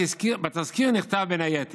בתזכיר נכתב, בין היתר,